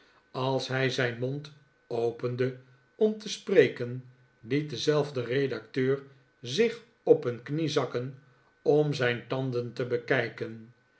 als hij zijn mond opende om te spreken het dezelfde redacteur zich op een knie zakken om zijn tanden te bekijken